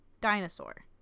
dinosaur